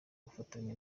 gufatanwa